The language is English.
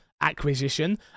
acquisition